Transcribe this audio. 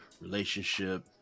relationship